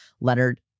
Leonard